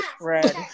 red